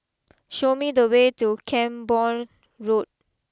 show me the way to Camborne Road